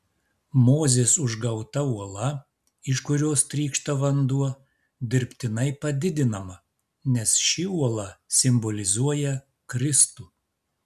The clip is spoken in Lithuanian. mozės užgauta uola iš kurios trykšta vanduo dirbtinai padidinama nes ši uola simbolizuoja kristų